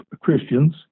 christians